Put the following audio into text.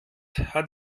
hat